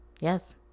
yes